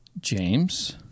James